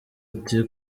uti